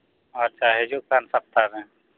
ᱟᱪᱪᱷᱟ ᱦᱤᱡᱩᱜᱠᱟᱱ ᱥᱚᱯᱛᱟᱨᱮ